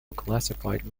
classified